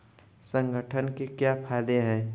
संगठन के क्या फायदें हैं?